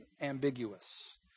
ambiguous